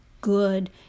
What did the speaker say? good